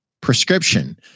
prescription